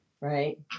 right